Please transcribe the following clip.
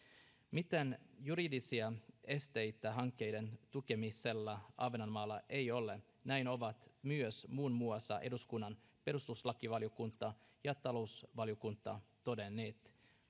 mitään juridisia esteitä hankkeiden tulemiselle ahvenanmaalle ei ole näin ovat myös muun muassa eduskunnan perustuslakivaliokunta ja talousvaliokunta todenneet